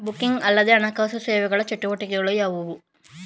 Banking ಅಲ್ಲದ ಹಣಕಾಸು ಸೇವೆಗಳ ಚಟುವಟಿಕೆಗಳು ಯಾವುವು?